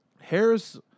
Harris